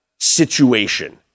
situation